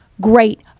great